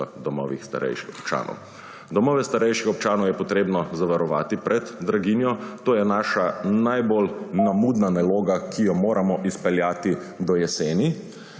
domovih starejših občanov. Domove starejših občanov je treba zavarovati pred draginjo. To je naša najbolj nemudna naloga, ki jo moramo izpeljati do jeseni.